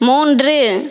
மூன்று